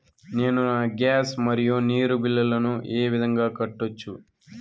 నేను నా గ్యాస్, మరియు నీరు బిల్లులను ఏ విధంగా కట్టొచ్చు?